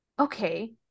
okay